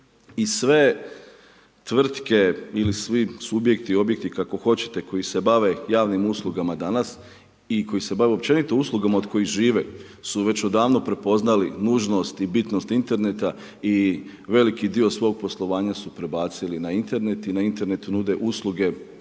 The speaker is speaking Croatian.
I sve tvrtke ili svi subjekti, objekti, kako hoćete koji se bave javnim uslugama danas i koji se općenito bave uslugama od kojih žive su već odavno prepoznali nužnost i bitnost interneta i veliki dio svog poslovanja su prebacili na Internet i na internetu nude usluge